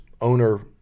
owner